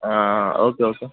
हां okay okay